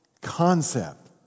concept